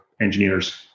engineers